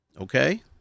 Okay